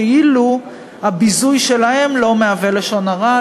כאילו הביזוי שלהם לא מהווה לשון הרע.